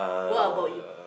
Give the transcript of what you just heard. what about you